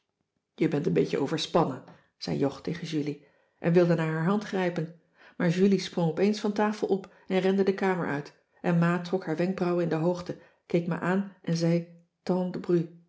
je bent een beetje overspannen zei jog tegen julie en wilde naar haar hand grijpen maar julie sprong op eens van tafel op en rende de kamer uit en ma trok haar wenkbrauwen in de hoogte keek me aan en zei